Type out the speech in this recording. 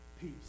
peace